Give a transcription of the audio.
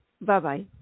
Bye-bye